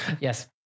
Yes